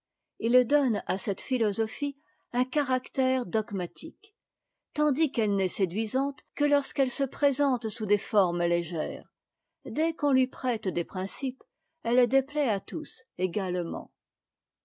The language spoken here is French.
ils donnent à cette philosophie un ractère dogmatique tandis qu'elle n'est séduisante que lorsqu'elle se présente sous des formes légères dès qu'on lui prête des principes elle déptait à tous également